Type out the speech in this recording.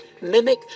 mimic